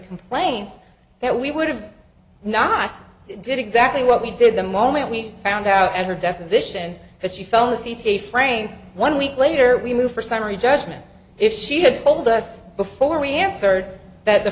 complaints that we would have not did exactly what we did the moment we found out and her deposition that she felt a c t frame one week later we moved for summary judgment if she had told us before we answered that the